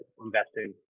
investing